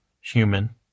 human